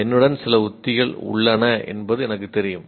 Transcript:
என்னுடன் சில உத்திகள் உள்ளன என்பது எனக்கு தெரியும்